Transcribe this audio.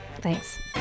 thanks